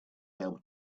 able